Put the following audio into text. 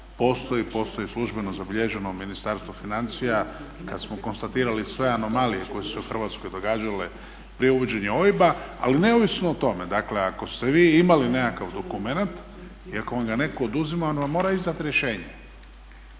postoji službeno zabilježena u Ministarstvu financija kad smo konstatirali sve anomalije koje su se u Hrvatskoj događale prije uvođenja OIB-a. Ali neovisno o tome, dakle ako ste vi imali nekakav dokument i ako vam ga je netko oduzimao on vam mora izdati rješenje.